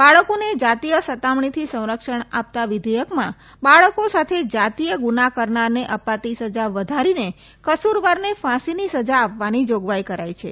બાળકોને જાતીય સતામણીથી સંરક્ષણ આપતા વિઘેયકમાં બાળકો સાથે જાતીય ગુના કરનારને અપાતી સજા વધારીને કસૂરવારને ફાંસીની સજા આપવાની જાગવાઈ કરાઈ છે